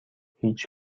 هیچ